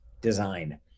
design